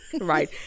right